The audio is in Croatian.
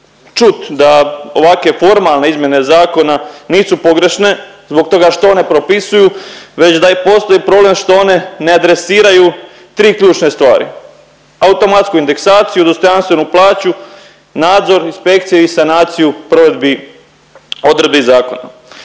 čut da ovake formalne izmjene zakona nisu pogrešne zbog toga što one propisuju, već da i postoji problem što one ne adresiraju tri ključne stvari, automatsku indeksaciju, dostojanstvenu plaću, nadzor inspekcije i sanaciju provedbi odredbi zakona.